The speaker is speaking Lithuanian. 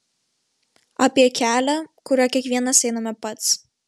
apie kelią kuriuo kiekvienas einame pats